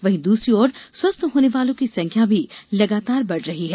वहीं दूसरी ओर स्वस्थ होने वालों की संख्या भी लगातार बढ़ रही है